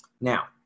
Now